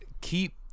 keep